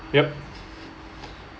yup